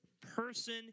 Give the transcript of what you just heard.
person